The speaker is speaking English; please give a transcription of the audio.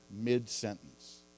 Mid-sentence